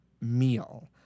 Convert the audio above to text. meal